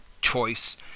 choice